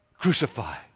Crucified